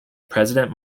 president